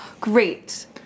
Great